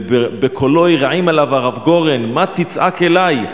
ובקולו הרעים עליו הרב גורן: מה תצעק אלי?